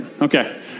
Okay